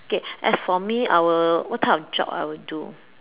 okay as for me I will what type of job I would do